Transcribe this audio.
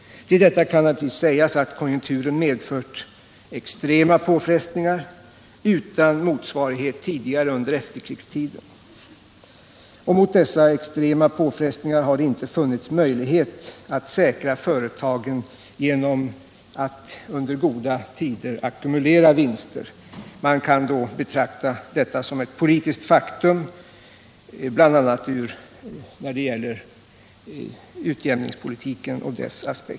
Till detta kan naturligtvis sägas att konjunkturen medfört extrema påfrestningar utan motsvarighet tidigare under efterkrigstiden. Mot dessa extrema påfrestningar har det inte funnits möjlighet att säkra företagen genom att under goda tider ackumulera vinster. Man kan betrakta detta som ett politiskt faktum, bl.a. när det gäller aspekterna på utjämningspolitiken.